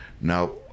Now